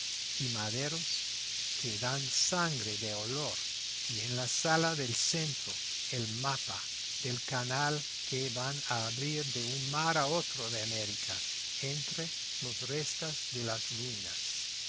y maderos que dan sangre de olor y en la sala del centro el mapa del canal que van a abrir de un mar a otro de américa entre los restos de las ruinas